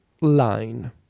line